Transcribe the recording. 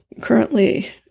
currently